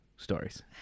stories